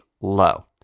low